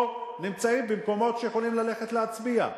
או נמצאים במקומות שיכולים ללכת להצביע.